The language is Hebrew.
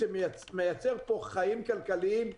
שמייצר פה חיים כלכליים,